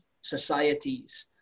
societies